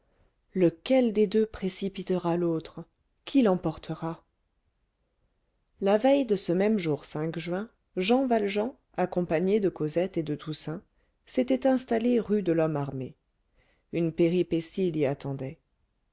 lequel des deux précipitera l'autre qui l'emportera la veille de ce même jour juin jean valjean accompagné de cosette et de toussaint s'était installé rue de lhomme armé une péripétie l'y attendait